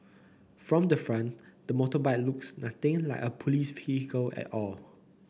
from the front the motorbike looks nothing like a police vehicle at all